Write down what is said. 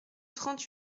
trente